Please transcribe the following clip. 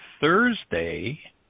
Thursday